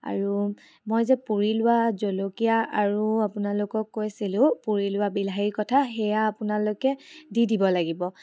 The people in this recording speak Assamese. আৰু মই যে পুৰি লোৱা জলকীয়া আৰু আপোনালোকক কৈছিলোঁ পুৰি লোৱা বিলাহীৰ কথা সেয়া আপোনালোকে দি দিব লাগিব